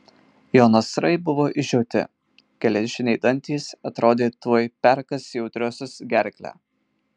jo nasrai buvo išžioti geležiniai dantys atrodė tuoj perkąs jautriosios gerklę